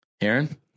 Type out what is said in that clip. Aaron